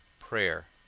prayer.